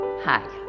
Hi